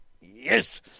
Yes